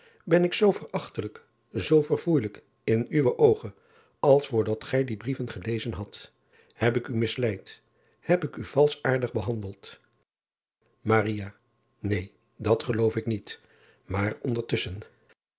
en ik zoo verachtelijk zoo verfoeijelijk in uwe oogen als voor dat gij die brieven gelezen hadt eb ik u misleid heb ik u valschaardig behandeld een dat geloof ik niet maar